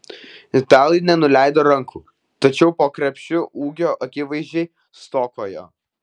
italai nenuleido rankų tačiau po krepšiu ūgio akivaizdžiai stokojo